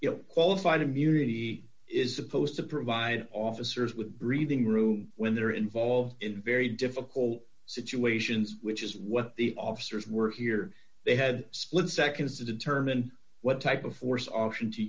you know qualified immunity is supposed to provide officers with breathing room when they're involved in very difficult situations which is what the officers were here they had split seconds to determine what type of force option to